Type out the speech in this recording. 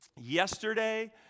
yesterday